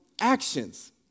actions